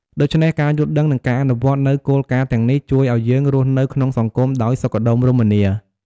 ដូច្នេះ ការយល់ដឹង និងការអនុវត្តនូវគោលការណ៍ទាំងនេះ ជួយឱ្យយើងរស់នៅក្នុងសង្គមដោយសុខដុមរមនា។